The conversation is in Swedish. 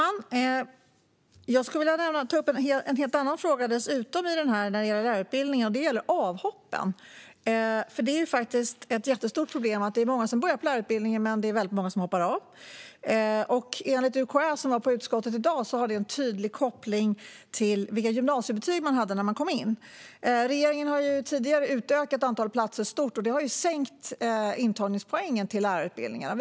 Herr talman! Jag skulle dessutom vilja ta upp en helt annan fråga när det gäller lärarutbildningarna, nämligen avhoppen som är ett jättestort problem. Det är många som börjar på lärarutbildningen, men det är väldigt många som hoppar av. Enligt UKÄ, som var i utskottet i dag, har det en tydlig koppling till vilka gymnasiebetyg man hade när man kom in på utbildningen. Regeringen har tidigare utökat antalet platser stort, och det har sänkt intagningspoängen till lärarutbildningarna.